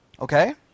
Okay